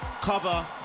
cover